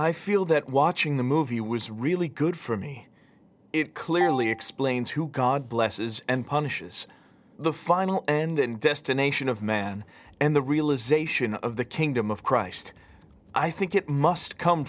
i feel that watching the movie was really good for me it clearly explains who god blesses and punishes the final end destination of man and the realization of the kingdom of christ i think it must come